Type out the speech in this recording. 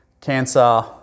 cancer